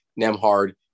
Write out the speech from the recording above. Nemhard